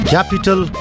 Capital